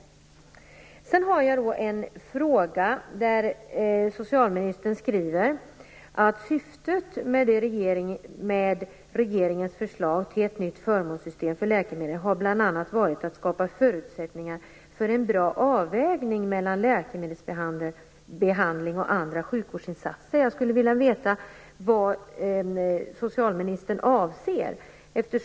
Sedan har jag ytterligare en fråga. Socialministern skriver att syftet med regeringens förslag till ett nytt förmånssystem för läkemedel bl.a. har varit att skapa förutsättningar för en bra avvägning mellan läkemedelsbehandling och andra sjukvårdsinsatser. Jag skulle vilja veta vad socialministern avser.